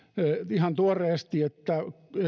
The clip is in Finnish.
ihan tuoreesti että